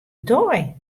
dei